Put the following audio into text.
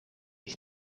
ich